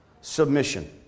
submission